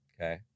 Okay